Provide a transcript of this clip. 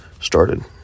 started